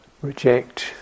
reject